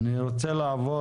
אני רוצה לעבור